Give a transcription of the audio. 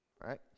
right